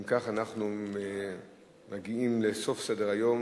אם כך, אנחנו מגיעים לסוף סדר-היום.